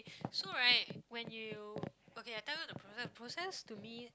so right when you okay I tell you the process the process to me